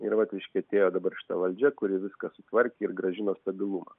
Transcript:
ir vat reiškia atėjo dabar šita valdžia kuri viską sutvarkė ir grąžino stabilumą